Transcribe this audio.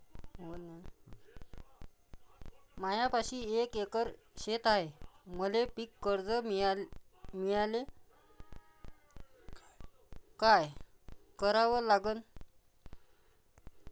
मायापाशी एक एकर शेत हाये, मले पीककर्ज मिळायले काय करावं लागन?